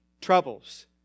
troubles